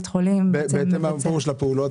מה פירוש, בהתאם לפעולות?